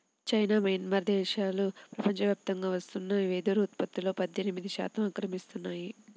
China, Myanmar దేశాలు ప్రపంచవ్యాప్తంగా వస్తున్న వెదురు ఉత్పత్తులో పద్దెనిమిది శాతం ఆక్రమిస్తున్నాయి